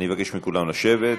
אני מבקש מכולם לשבת.